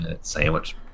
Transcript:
Sandwich